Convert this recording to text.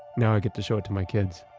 now i get to show it to my kids.